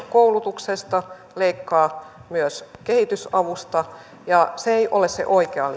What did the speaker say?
koulutuksesta leikkaa myös kehitysavusta ja se ei ole se oikea